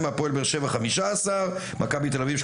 תסתכלי לשחקנים השחורים בעיניים,